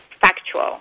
factual